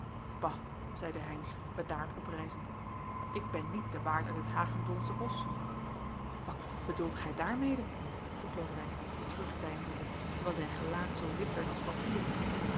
zeide heynsz bedaard opreizend ik ben niet de waard uit het hagendoornsche bosch wat bedoelt gij daarmede vroeg lodewijk terugdeinzende terwijl zijn gelaat zoo wit werd als papier